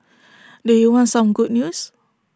do you want some good news